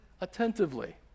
attentively